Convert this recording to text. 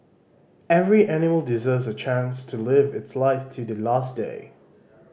every animal deserves a chance to live its life till the last day